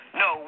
no